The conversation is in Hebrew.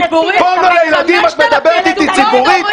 פורנו לילדים, את מדברת איתי ציבורית?